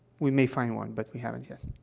we may find one, but we haven't yet.